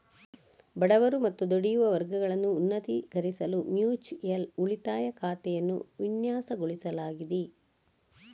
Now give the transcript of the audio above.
ಬಡವರು ಮತ್ತು ದುಡಿಯುವ ವರ್ಗಗಳನ್ನು ಉನ್ನತೀಕರಿಸಲು ಮ್ಯೂಚುಯಲ್ ಉಳಿತಾಯ ಖಾತೆಯನ್ನು ವಿನ್ಯಾಸಗೊಳಿಸಲಾಗಿದೆ